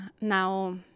Now